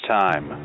time